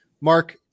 Mark